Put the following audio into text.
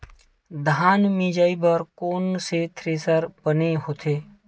धान मिंजई बर कोन से थ्रेसर बने होथे?